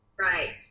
right